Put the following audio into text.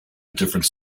different